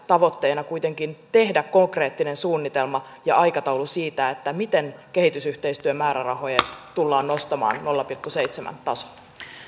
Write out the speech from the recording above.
tavoitteena kuitenkin tehdä konkreettinen suunnitelma ja aikataulu siitä miten kehitysyhteistyömäärärahoja tullaan nostamaan nolla pilkku seitsemän tasolle